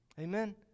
Amen